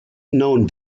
known